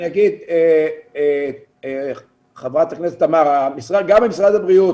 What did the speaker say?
גם משרד הבריאות